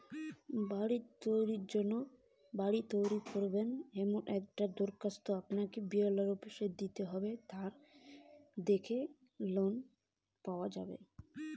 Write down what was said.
বাড়ি তৈরির জন্যে কি কোনোরকম লোন পাওয়া যাবে?